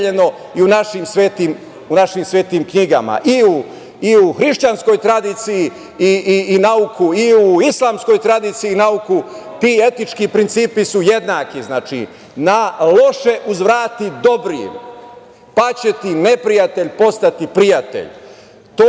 i u našim svetim knjigama, i u hrišćanskoj tradiciji, i nauku, i u islamskoj tradiciji nauku, ti etnički principi su jednaki. Znači, na loše uzvrati dobrim, pa će ti neprijatelj postati prijatelj.